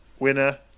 winner